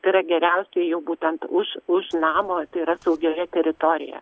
tai yra geriausia jau būtent už už namo tai yra saugioje teritorija